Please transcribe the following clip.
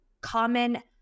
common